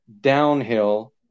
downhill